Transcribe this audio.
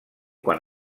quan